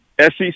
SEC